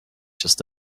just